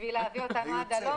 בשביל להביא אותנו עד הלום,